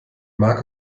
mag